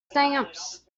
stamps